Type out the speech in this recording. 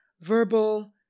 verbal